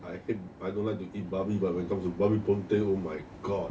I hate I don't like to eat babi but when it comes babi pongteh oh my god